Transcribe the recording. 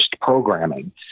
programming